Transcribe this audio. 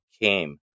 came